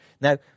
now